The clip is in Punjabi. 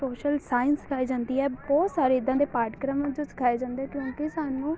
ਸੋਸ਼ਲ ਸਾਇੰਸ ਸਿਖਾਈ ਜਾਂਦੀ ਐ ਬਹੁਤ ਸਾਰੇ ਇਦਾਂ ਦੇ ਪਾਠਕ੍ਰਮ ਜੋ ਸਿਖਾਏ ਜਾਂਦੇ ਕਿਉਂਕਿ ਸਾਨੂੰ